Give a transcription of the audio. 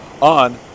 on